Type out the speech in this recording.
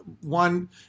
one